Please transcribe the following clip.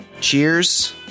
Cheers